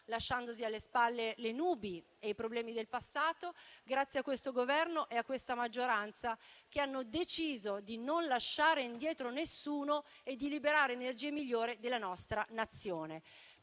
lasciandosi alle spalle le nubi e i problemi del passato grazie a questo Governo e a questa maggioranza, che hanno deciso di non lasciare indietro nessuno e di liberare le energie migliori della nostra Nazione,